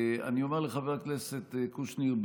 אני אומר לחבר הכנסת קושניר,